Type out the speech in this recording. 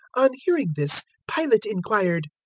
on hearing this, pilate inquired,